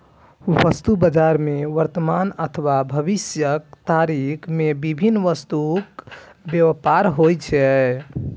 वस्तु बाजार मे वर्तमान अथवा भविष्यक तारीख मे विभिन्न वस्तुक व्यापार होइ छै